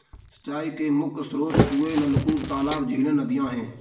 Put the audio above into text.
सिंचाई के मुख्य स्रोत कुएँ, नलकूप, तालाब, झीलें, नदियाँ हैं